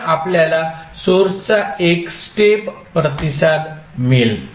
तर आपल्याला सोर्सचा एक स्टेप प्रतिसाद मिळेल